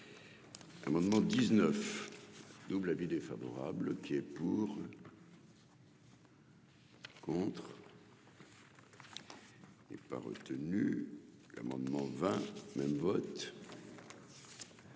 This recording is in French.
moment 19 double avis défavorable qui est pour. Contre n'est pas retenu l'amendement vingt même votre